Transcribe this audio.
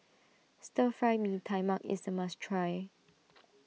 Stir Fry Mee Tai Mak is a must try